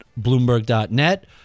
Bloomberg.net